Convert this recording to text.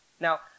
Now